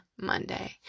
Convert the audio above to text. Monday